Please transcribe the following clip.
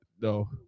No